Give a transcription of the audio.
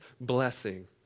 blessing